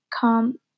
come